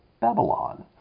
Babylon